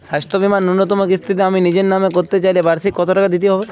স্বাস্থ্য বীমার ন্যুনতম কিস্তিতে আমি নিজের নামে করতে চাইলে বার্ষিক কত টাকা দিতে হবে?